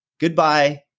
Goodbye